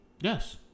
Yes